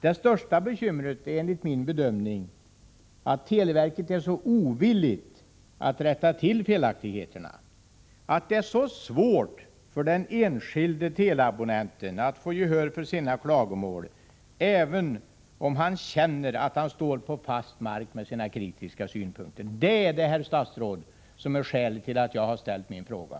Det största bekymret är enligt min mening att televerket är så ovilligt att rätta till felaktigheterna och att det är så svårt för den enskilde teleabonnenten att få gehör för sina klagomål, även om han känner att han står på fast mark när han framför sina kritiska synpunkter. Det är skälet, herr statsråd, till att jag har ställt min fråga.